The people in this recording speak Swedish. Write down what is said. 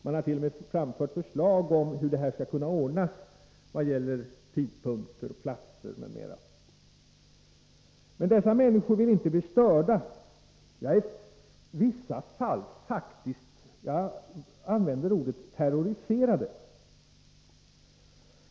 Man har t.o.m. framfört förslag om hur det här skall kunna ordnas i vad det gäller tidpunkter, platser m.m. Men dessa människor vill inte bli störda eller i vissa fall — jag tvekar inte att säga det — terroriserade.